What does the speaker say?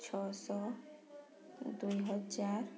ଛଅ ଶହ ଦୁଇ ହଜାର